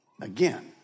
again